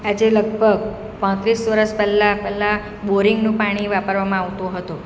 આજે લગભગ પાંત્રીસ વરસ પહેલાં પહેલાં બોરિંગનુ પાણી વાપરવામાં આવતું હતું